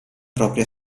propria